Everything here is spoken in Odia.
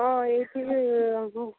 ହଁ